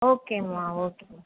ஓகேம்மா ஓகே